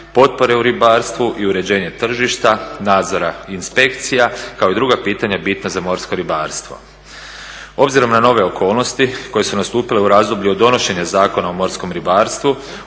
potpore u ribarstvu i uređenje tržišta, nadzora i inspekcija, kao i druga pitanja bitna za morsko ribarstvo. Obzirom na nove okolnosti koje su nastupile u razdoblju od donošenja Zakona o morskom ribarstvu